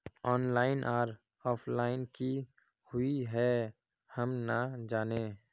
Online आर offline की हुई है हम ना जाने?